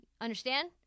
Understand